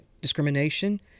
discrimination